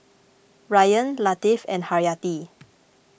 Ryan Latif and Haryati